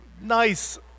nice